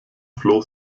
floh